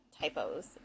typos